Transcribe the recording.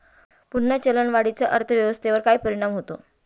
पुन्हा चलनवाढीचा अर्थव्यवस्थेवर काय परिणाम होतो